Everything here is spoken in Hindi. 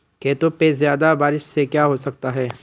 खेतों पे ज्यादा बारिश से क्या हो सकता है?